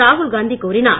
ராகுல்காந்தி கூறினார்